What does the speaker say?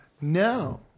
No